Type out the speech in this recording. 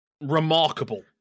remarkable